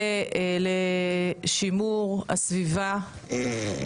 ולשימור הסביבה.